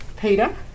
Peter